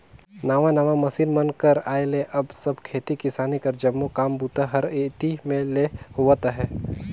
नावा नावा मसीन मन कर आए ले अब सब खेती किसानी कर जम्मो काम बूता हर एही मे ले होवत अहे